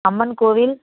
அம்மன் கோவில்